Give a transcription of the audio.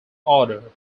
odor